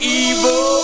evil